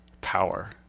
power